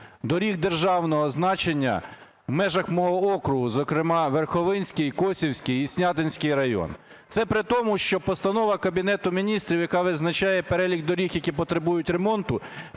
доріг державного значення в межах мого округу, зокрема, Верховинський, Косівський і Снятинський райони. Це при тому, що постанова Кабінету Міністрів, яка визначає перелік доріг, які потребують ремонту,